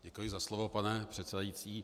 Děkuji za slovo, pane předsedající.